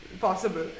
possible